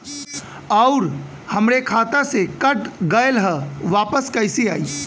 आऊर हमरे खाते से कट गैल ह वापस कैसे आई?